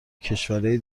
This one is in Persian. کشورای